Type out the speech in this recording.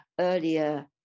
earlier